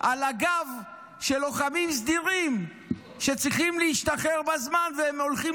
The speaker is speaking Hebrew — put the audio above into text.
על הגב של לוחמים סדירים שצריכים להשתחרר בזמן והם הולכים